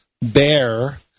bear